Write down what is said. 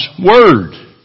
Word